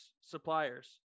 suppliers